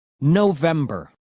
November